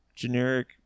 Generic